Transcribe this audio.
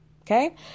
Okay